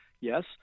Yes